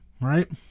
right